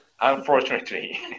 Unfortunately